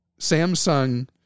Samsung